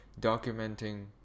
documenting